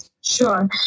Sure